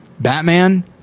Batman